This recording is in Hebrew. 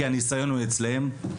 כי הניסיון הוא שלהם.